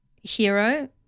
hero